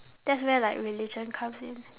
that's where like religion comes in